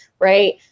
Right